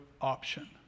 option